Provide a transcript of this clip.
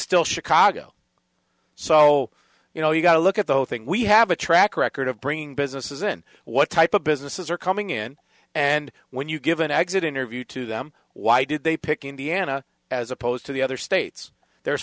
still chicago so you know you got to look at the whole thing we have a track record of bringing businesses in what type of businesses are coming in and when you give an exit interview to them why did they pick indiana as opposed to the other states there's